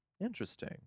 interesting